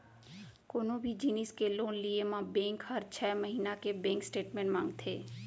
कोनों भी जिनिस के लोन लिये म बेंक हर छै महिना के बेंक स्टेटमेंट मांगथे